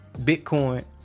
bitcoin